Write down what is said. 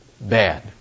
bad